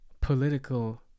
political